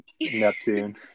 Neptune